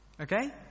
Okay